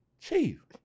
Chief